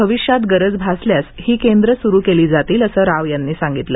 भविष्यात गरज भासल्यास ही केंद्र सुरू केली जातील असं राव यांनी सांगितलं